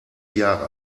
jahre